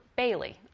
Bailey